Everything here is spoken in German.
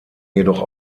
jedoch